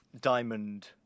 diamond